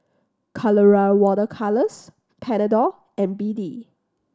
Colora Water Colours Panadol and B D